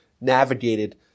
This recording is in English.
navigated